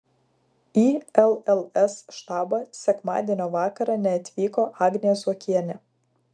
į lls štabą sekmadienio vakarą neatvyko agnė zuokienė